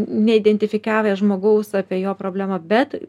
neidentifikavę žmogaus apie jo problemą bet